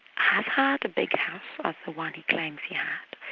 had had a big house like the one he claims he had,